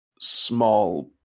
small